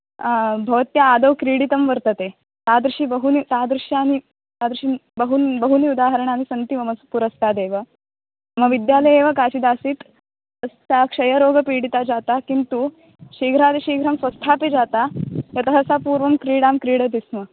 भवत्या आदौ क्रीडितं वर्तते तादृशी बहूनि तादृशं बहुनि बहूनि उदाहरणानि सन्ति मम पुरस्तादेव मम विद्यालये एव काचिदासीत् सा क्षयरोगपीडिता जाता किन्तु शीघ्रातिशीघ्रं स्वस्थापि जाता यतः सा पूर्वं क्रीडां क्रीडति स्म